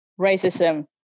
racism